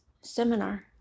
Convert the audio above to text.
seminar